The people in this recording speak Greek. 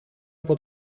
από